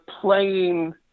playing